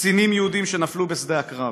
קצינים יהודים נפלו בשדה הקרב.